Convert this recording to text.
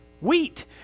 wheat